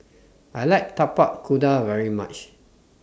I like Tapak Kuda very much